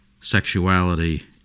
sexuality